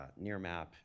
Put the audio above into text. NearMap